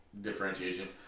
differentiation